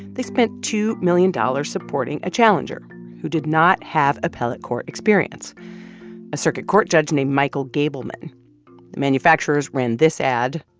they spent two million dollars supporting a challenger who did not have appellate court experience a circuit court judge named michael gableman. the manufacturers ran this ad.